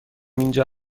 اینجا